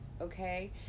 okay